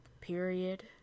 period